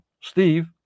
Steve